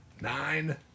Nine